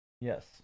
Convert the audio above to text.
yes